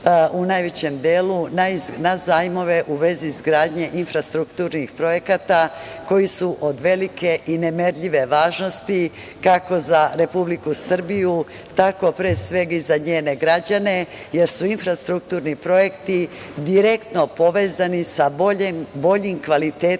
u najvećem delu na zajmove u vezi izgradnje infrastrukturnih projekata koji su od velike i nemerljive važnosti, kako za Republiku Srbiju, tako i za njene građane, jer su infrastrukturni projekti direktno povezani sa boljim kvalitetom